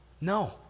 No